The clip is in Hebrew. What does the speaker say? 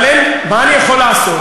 מה אני יכול לעשות.